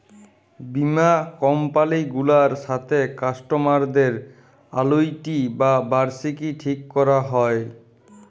বীমা কমপালি গুলার সাথে কাস্টমারদের আলুইটি বা বার্ষিকী ঠিক ক্যরা হ্যয়